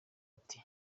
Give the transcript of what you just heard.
ati